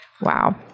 Wow